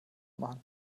machen